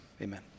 Amen